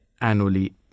annually